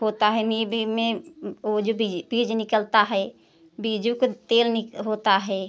होता है नीबी में ओ जो बीज बीज निकलता है बीजो के तेल होता है